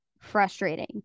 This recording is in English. frustrating